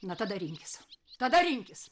na tada rinkis tada rinkis